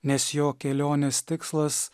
nes jo kelionės tikslas